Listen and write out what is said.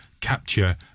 capture